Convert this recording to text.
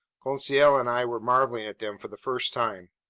conseil and i were marveling at them for the first time.